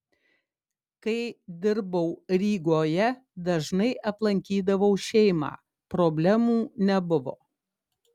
kai dirbau rygoje dažnai aplankydavau šeimą problemų nebuvo